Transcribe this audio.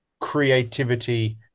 creativity